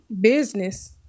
business